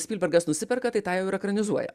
spilbergas nusiperka tai tą jau ir ekranizuoja